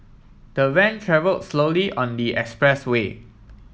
the van travelled slowly on the expressway